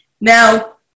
Now